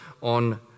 on